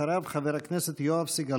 אחריו, חבר הכנסת יואב סגלוביץ'.